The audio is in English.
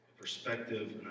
perspective